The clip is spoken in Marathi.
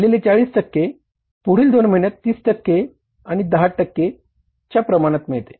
राहिलेले 40 टक्के पुढील 2 महिन्यात 30 टक्के आणि 10 टक्क्याच्या प्रमाणात होते